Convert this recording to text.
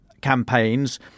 campaigns